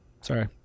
sorry